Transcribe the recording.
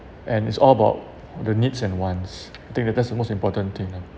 and it's all about the needs and wants I think that's the most important thing lah